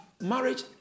Marriage